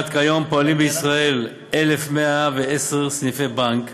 כיום פועלים בישראל כ-1,110 סניפי בנק.